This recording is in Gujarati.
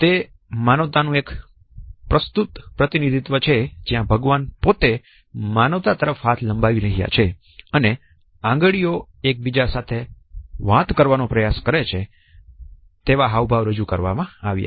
તે માનવતાનું એક આઇકોનિક રજુઆત છે જ્યાં ભગવાન પોતે માનવતા તરફ હાથ લંબાવી રહ્યા છે અને આંગળીઓ એકબીજા સાથે વાત કરવાનો પ્રયાસ કરે છે તેવા હાવભાવ રજૂ કરવામાં આવ્યા છે